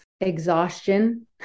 exhaustion